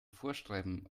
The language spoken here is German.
vorschreiben